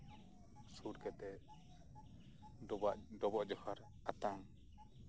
ᱥᱩᱨ ᱠᱟᱛᱮ ᱰᱚᱵᱚᱜ ᱰᱚᱵᱚᱜ ᱡᱚᱦᱟᱨ ᱟᱛᱟᱝ